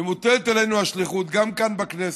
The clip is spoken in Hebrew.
ומוטלת עלינו השליחות גם כאן, בכנסת,